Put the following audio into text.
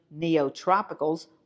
neotropicals